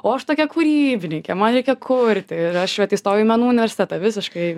o aš tokia kurybininkė man reikia kurti ir aš vat įstojau į menų universitetą visiškai